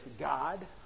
God